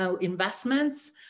investments